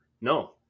no